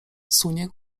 sunie